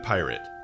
Pirate